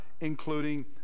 including